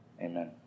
Amen